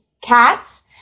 cats